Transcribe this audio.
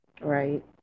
Right